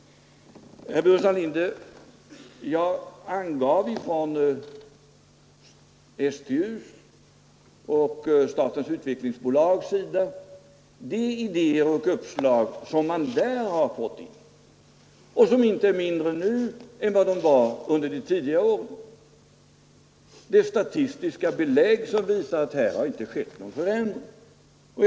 Jag angav vilka uppslag och idéer som STU och statens utvecklingsbolag har fått in och som inte är färre nu än under tidigare år. Det finns statistiska belägg för att någon nämnvärd förändring inte har inträffat.